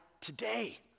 today